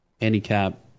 handicap